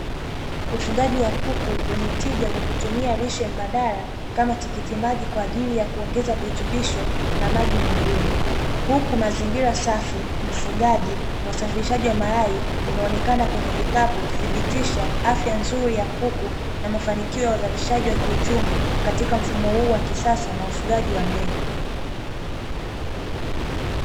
Ufugaji wa kuku wenye tija kwa kutumia lishe mbadala kama tikiti maji kwa ajili ya kuongeza virutubisho na maji mwilini, huku mazingira safi, mfugaji na usafirishaji wa mayai unaonekana kwenye vikapu ukidhibitisha afya nzuri ya kuku na mafanikio ya uzalishaji kiuchumi katika mfumo huu wa kisasa na ufugaji wa ndege.